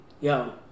Yo